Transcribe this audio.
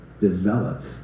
develops